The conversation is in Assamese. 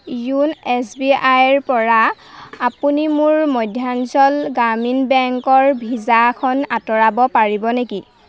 য়োন' এছ বি আইৰ পৰা আপুনি মোৰ মধ্যাঞ্চল গ্ৰামীণ বেংকৰ ভিছাখন আঁতৰাব পাৰিব নেকি